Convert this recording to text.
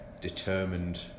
determined